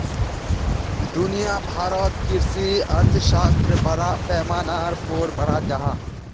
दुनिया भारोत कृषि अर्थशाश्त्र बड़ा पैमानार पोर पढ़ाल जहा